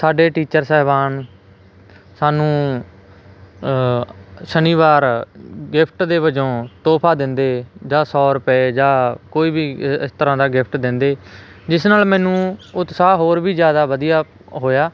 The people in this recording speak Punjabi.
ਸਾਡੇ ਟੀਚਰ ਸਾਹਿਬਾਨ ਸਾਨੂੰ ਸ਼ਨੀਵਾਰ ਗਿਫ਼ਟ ਦੇ ਵਜੋਂ ਤੋਹਫਾ ਦਿੰਦੇ ਜਾਂ ਸੌ ਰੁਪਏ ਜਾਂ ਕੋਈ ਵੀ ਇ ਇਸ ਤਰ੍ਹਾਂ ਦਾ ਗਿਫ਼ਟ ਦਿੰਦੇ ਜਿਸ ਨਾਲ ਮੈਨੂੰ ਉਤਸ਼ਾਹ ਹੋਰ ਵੀ ਜ਼ਿਆਦਾ ਵਧੀਆ ਹੋਇਆ